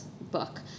book